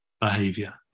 behavior